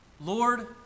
Lord